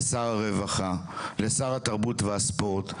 לשר הרווחה ולשר התרבות והספורט.